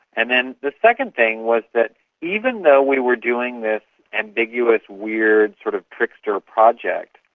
and then the second thing was that even though we were doing this ambiguous, weird, sort of trickster project,